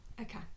Okay